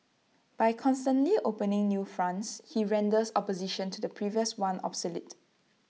by constantly opening new fronts he renders opposition to the previous one obsolete